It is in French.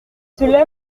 cela